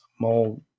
mole